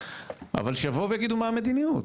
אבל שיבואו ויגידו מה המדיניות,